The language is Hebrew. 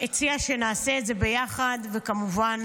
-- הציעה שנעשה את זה ביחד, וכמובן